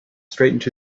straight